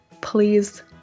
please